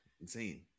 insane